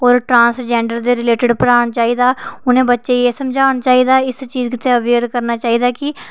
और ट्रांसजेंडर दे रिलेटड पढ़ाना चाहिदा उ'ने बच्चें ई एह् समझाना चाहिदा इस चीज गितै अवेयर करना चाहिदा कि